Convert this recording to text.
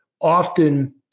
often